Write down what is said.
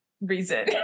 reason